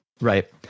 Right